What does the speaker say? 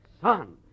Son